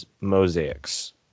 Mosaics